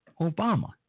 Obama